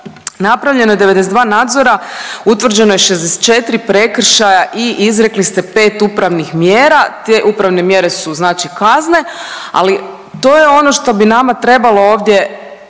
napravljeno je 92 nadzora, utvrđeno je 64 prekršaja i izrekli ste 5 upravnih mjera. Te upravne mjere su znači kazne, ali to je ono što bi nama trebalo ovdje